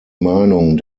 meinung